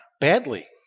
Badly